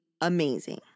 amazing